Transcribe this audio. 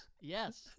Yes